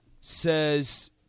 says